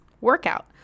Workout